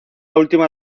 última